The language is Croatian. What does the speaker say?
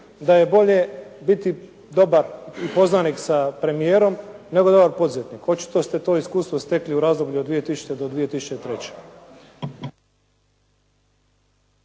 da je bolje biti dobar poznanik sa premijerom, nego dobar poduzetnik. Očito ste to iskustvo stekli u razdoblju od 2000. do 2003.